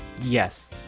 Yes